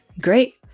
great